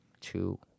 Two